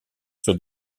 sur